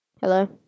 Hello